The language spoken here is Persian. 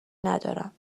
ندارم